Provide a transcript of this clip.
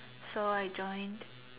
so I joined